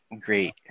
great